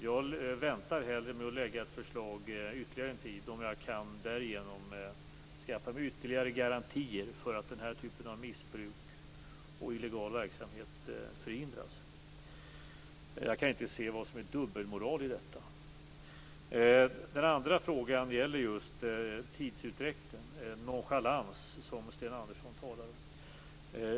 Jag väntar hellre med att lägga fram ett förslag ytterligare en tid om jag därigenom kan skaffa mig ytterligare garantier för att den här typen av missbruk och illegal verksamhet förhindras. Jag kan inte se vad som är dubbelmoral i detta. Den andra frågan gäller just tidsutdräkten, eller nonchalans, som Sten Andersson talar om.